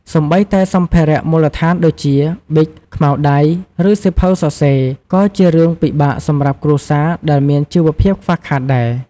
សូម្បីតែសម្ភារៈមូលដ្ឋានដូចជា ប៊ិច ខ្មៅដៃ ឬសៀវភៅសរសេរ ក៏ជារឿងពិបាកសម្រាប់គ្រួសារដែលមានជីវភាពខ្វះខាតដែរ។